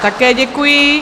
Také děkuji.